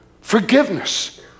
Forgiveness